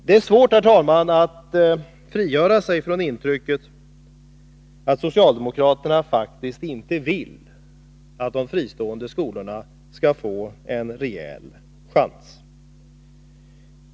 Det är svårt att frigöra sig från intrycket att socialdemokraterna faktiskt inte vill att de fristående skolorna skall få en rejäl chans.